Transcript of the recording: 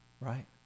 Right